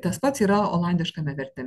tas pats yra olandiškame vertime